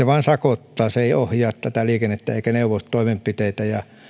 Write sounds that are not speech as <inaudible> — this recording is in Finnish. <unintelligible> vain sakottaa se ei ohjaa liikennettä eikä neuvo toimenpiteitä